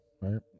right